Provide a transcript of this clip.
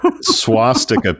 swastika